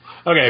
Okay